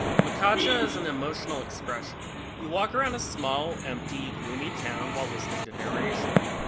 maccaja is an emotional expression. you walk around a small, empty, gloomy town while listening to narration.